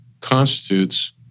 constitutes